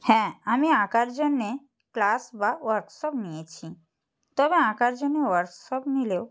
হ্যাঁ আমি আঁকার জন্যে ক্লাস বা ওয়ার্কশপ নিয়েছি তবে আঁকার জন্যে ওয়ার্কশপ নিলেও